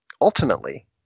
ultimately